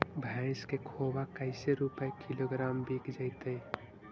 भैस के खोबा कैसे रूपये किलोग्राम बिक जइतै?